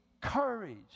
courage